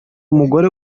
umugore